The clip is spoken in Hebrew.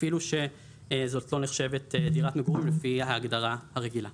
אפילו שזאת לא נחשבת דירת מגורים לפי ההגדרה הרגילה.